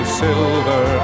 silver